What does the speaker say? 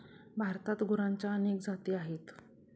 भारतात गुरांच्या अनेक जाती आहेत